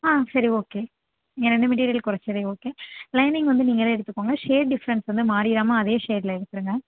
ஆ சரி ஓகே ஏ ரெண்டு மெட்டீரியல் குறச்சதே ஓகே லைனிங் வந்து நீங்களே எடுத்துக்கோங்க ஷேட் டிஃப்ரன்ஸ் வந்து மாறிவிடாம அதே ஷேடில் எடுத்துவிடுங்க